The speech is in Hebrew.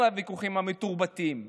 לוויכוחים המתורבתים.